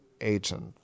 agent